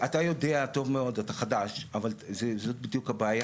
אתה יודע טוב מאוד, אתה חדש, אבל זאת בדיוק הבעיה,